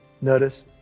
Notice